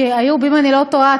אם אני לא טועה,